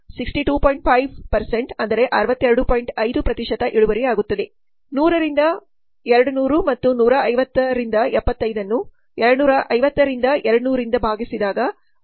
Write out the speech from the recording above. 5 100 ರಿಂದ 200 ಮತ್ತು 150 ರಿಂದ 75 ಅನ್ನು 250 ರಿಂದ 200 ರಿಂದ ಭಾಗಿಸಿದಾಗ 62